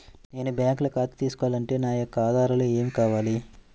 నేను బ్యాంకులో ఖాతా తీసుకోవాలి అంటే నా యొక్క ఆధారాలు ఏమి కావాలి?